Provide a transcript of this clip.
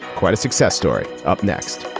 quite a success story. up next